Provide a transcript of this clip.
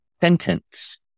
sentence